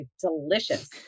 Delicious